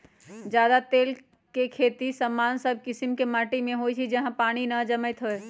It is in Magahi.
सदा तेल के खेती सामान्य सब कीशिम के माटि में होइ छइ जहा पानी न जमैत होय